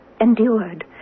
endured